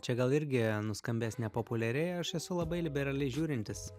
čia gal irgi nuskambės nepopuliariai aš esu labai liberaliai žiūrintis